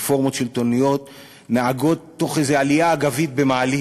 רפורמות שלטוניות נהגות תוך כדי איזו עלייה אגבית במעלית,